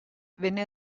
venne